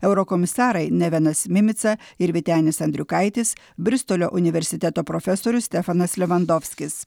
eurokomisarai nevenas mimica ir vytenis andriukaitis bristolio universiteto profesorius stefanas levandofskis